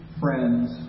friends